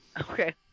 Okay